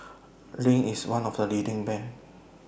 Rene IS one of The leading brands